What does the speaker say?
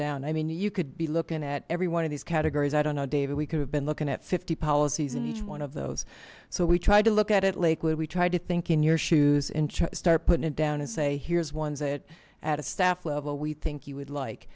down i mean you could be looking at every one of these categories i don't know david we could have been looking at fifty policies in each one of those so we tried to look at it lakewood we tried to think in your shoes and start putting it down and say here's ones that at a staff level we think you would like